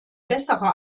besserer